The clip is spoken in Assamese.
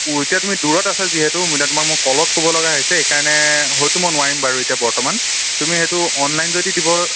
অ' এতিয়া তুমি দূৰত আছা যিহেতু মই এতিয়া তোমাক মই কলত ক'ব লগা হৈছে সেইকাৰণে সেইটো মই নোৱাৰিম বাৰু এতিয়া বৰ্তমান তুমি সেইটো অনলাইন যদি দিব